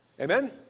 Amen